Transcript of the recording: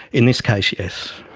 in this case, yes,